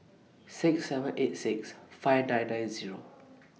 six seven eight six five nine nine Zero